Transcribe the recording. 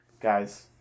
Guys